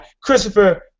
Christopher